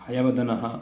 हयवदनः